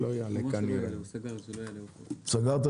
אנחנו ביקשנו --- אנחנו מדברים פה על נושא של תחרות ועידוד